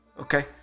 okay